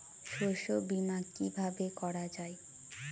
শস্য বীমা কিভাবে করা যায়?